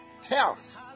Health